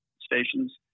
stations